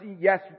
yes